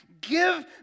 Give